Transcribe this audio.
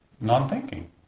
non-thinking